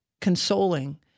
consoling